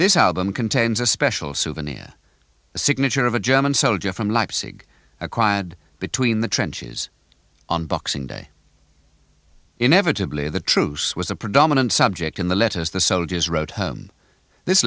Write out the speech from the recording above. this album contains a special souvenir signature of a german soldier from leipzig acquired between the trenches on boxing day inevitably the truce was the predominant subject in the letters the soldiers wrote thi